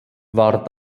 war